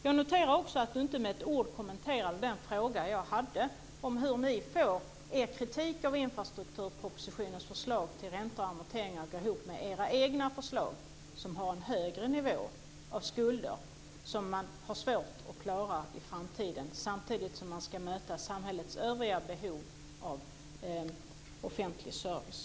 Jag noterar också att Elver Jonsson inte med ett ord kommenterade den fråga jag hade om hur ni får er kritik av infrastrukturpropositionens förslag till räntor och amorteringar att gå ihop med era förslag, som har en högre nivå av skulder som man har svårt att klara i framtiden samtidigt som man ska möta samhällets övriga behov av offentlig service.